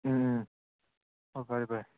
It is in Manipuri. ꯎꯝ ꯎꯝ ꯍꯣꯏ ꯐꯔꯦ ꯐꯔꯦ